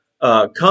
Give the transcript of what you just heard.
come